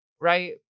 right